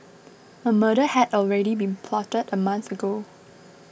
a murder had already been plotted a month ago